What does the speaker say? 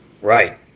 Right